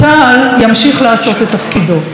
צה"ל ימשיך לעשות את תפקידו.